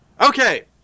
Okay